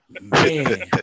Man